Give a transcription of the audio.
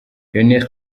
lionel